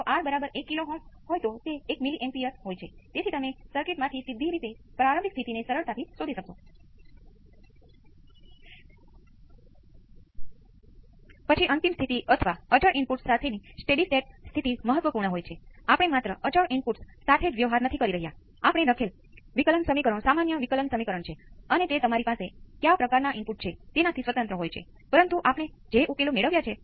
જો આ સ્રોત R અને C છે તો ઉકેલ V p 1 j ω c R exponential j ω t ϕ છે આ ફરીથી ફોર્સ રિસ્પોન્સ છે આપણે ફક્ત અહીં ફોર્સ રિસ્પોન્સ વિશે વાત કરી રહ્યા છીએ અને જો તમારી પાસે V p cos ω t ϕ ઉત્તેજક તરીકે હોય તો તેનો રિસ્પોન્સ આનો વાસ્તવિક ભાગ હશે